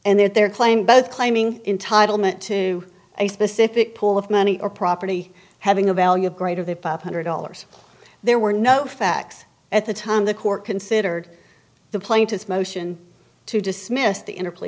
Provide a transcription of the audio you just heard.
and their claim both claiming entitle me to a specific pool of money or property having a value greater than five hundred dollars there were no facts at the time the court considered the plaintiff's motion to dismiss the interplay